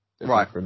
Right